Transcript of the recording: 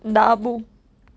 ડાબું